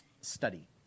Study